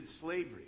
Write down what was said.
slavery